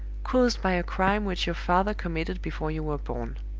caused by a crime which your father committed before you were born.